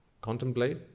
contemplate